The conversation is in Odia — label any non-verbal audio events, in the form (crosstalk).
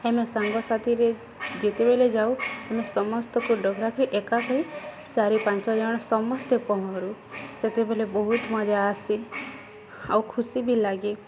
ଆମେ ସାଙ୍ଗସଥିରେ ଯେତେବେଲେ ଯାଉ ଆମେ ସମସ୍ତଙ୍କୁ (unintelligible) ଏକାଠି ଚାରି ପାଞ୍ଚ ଜଣ ସମସ୍ତେ ପହଁରୁ ସେତେବେଳେ ବହୁତ ମଜା ଆସେ ଆଉ ଖୁସି ବି ଲାଗେ